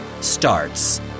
starts